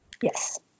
Yes